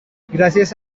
gracias